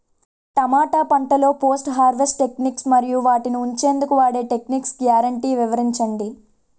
టమాటా పంటలో post harvest techniques మరియు వాటిని ఉంచెందుకు వాడే టెక్నిక్స్ గ్యారంటీ వివరించండి?